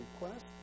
request